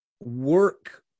work